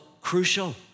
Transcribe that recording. crucial